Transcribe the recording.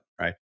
right